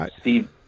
Steve